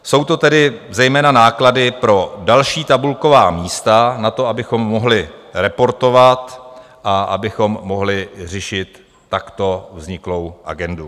Jsou to tedy zejména náklady pro další tabulková místa, na to, abychom mohli reportovat a abychom mohli řešit takto vzniklou agendu.